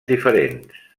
diferents